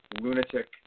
lunatic